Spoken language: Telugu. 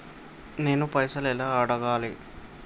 నేను పైసలు ఎలా అడగాలి?